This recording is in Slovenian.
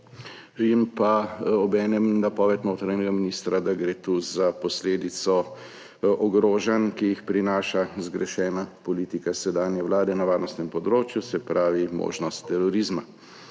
in obenem napoved notranjega ministra, da gre tu za posledico ogrožanj, ki jih prinaša zgrešena politika sedanje vlade na varnostnem področju, se pravi možnost terorizma.